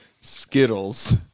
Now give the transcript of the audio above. Skittles